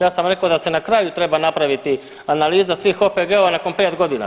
Ja sam rekao da se na kraju treba napraviti analiza svih OPG-ova nakon 5 godina.